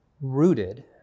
rooted